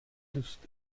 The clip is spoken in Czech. dost